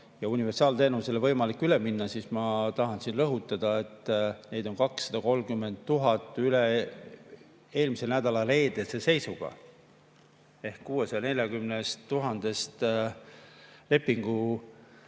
ja universaalteenusele võimalik üle minna. Ma tahan siin rõhutada, et neid on 230 000 eelmise nädala reedese seisuga. Ehk 640 000 lepingu